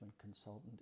consultant